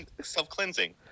self-cleansing